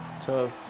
tough